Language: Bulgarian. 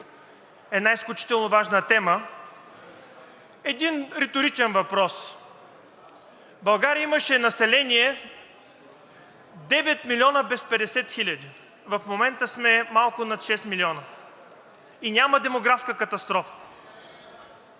една изключително важна тема, един риторичен въпрос: България имаше население 9 милиона без 50 хиляди, в момента сме малко над 6 милиона и няма демографска катастрофа?!